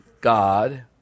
God